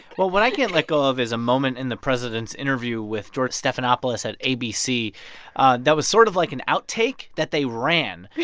well, what i can't let go of is a moment in the president's interview with george stephanopoulos at abc that was sort of like an outtake that they ran.